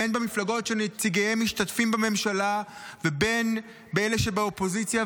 בין במפלגות שנציגיהם משתתפים בממשלה ובין באלה שבאופוזיציה,